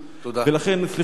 סליחה, אדוני.